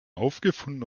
aufgefunden